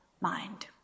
mind